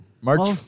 March